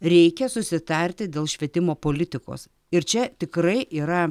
reikia susitarti dėl švietimo politikos ir čia tikrai yra